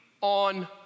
on